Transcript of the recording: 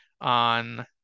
on